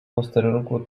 posterunku